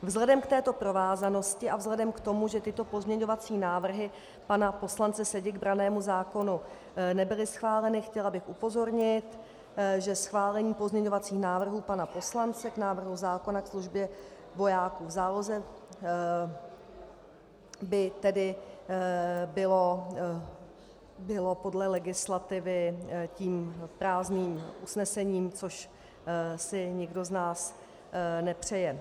Vzhledem k této provázanosti a vzhledem k tomu, že tyto pozměňovací návrhy pana poslance Sedi k brannému zákonu nebyly schváleny, bych chtěla upozornit, že schválení pozměňovacích návrhů pana poslance k návrhu zákona o službě vojáků v záloze by tedy bylo podle legislativy tím prázdným usnesením, což si nikdo z nás nepřeje.